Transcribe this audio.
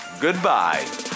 Goodbye